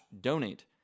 donate